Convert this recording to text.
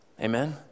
amen